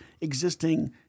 existing